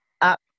up